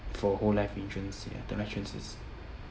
for whole life insurance ya term life insurance is